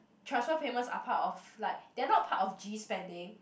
transfer payments are part of like they are not part of G spending